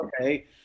okay